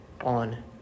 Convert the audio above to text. on